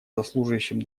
заслуживающим